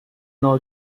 know